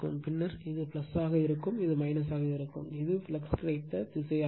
பின்னர் இது ஆக இருக்கும் இது இருக்கும் இது ஃப்ளக்ஸ் கிடைத்த திசையாகும்